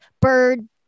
bird